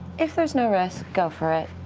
if there's no risk, go for it.